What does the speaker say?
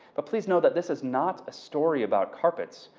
but please know that this is not a story about carpets.